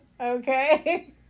Okay